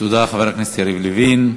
תודה, חבר הכנסת יריב לוין.